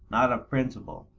not of principle.